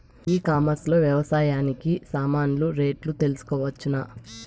E commerce లో వ్యవసాయానికి సామాన్లు రేట్లు తెలుసుకోవచ్చునా?